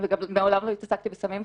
וגם מעולם לא התעסקתי בסמים,